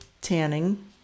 tanning